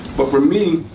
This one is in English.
but for me,